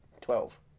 Twelve